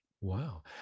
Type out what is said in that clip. Wow